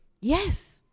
yes